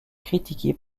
critiquée